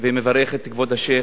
ומברך את כבוד השיח',